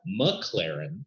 McLaren